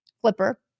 flipper